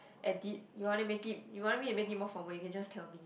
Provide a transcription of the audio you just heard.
edit you want to make it you want me to make it more formal you can just tell me